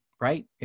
right